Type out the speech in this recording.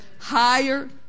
Higher